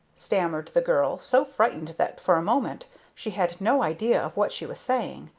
stammered the girl, so frightened that for a moment she had no idea of what she was saying.